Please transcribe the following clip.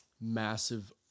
massive